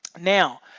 Now